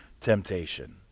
temptation